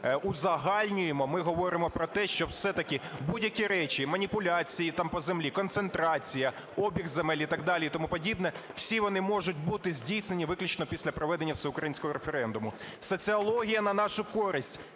ми говоримо про те, що все-таки будь-які речі, маніпуляції там по землі, концентрація, обіг земель і так далі і тому подібне, всі вони можуть бути здійсненні виключно після проведення всеукраїнського референдуму. Соціологія на нашу користь: